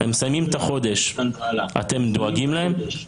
הם מסיימים את החודש, אתם דואגים להם?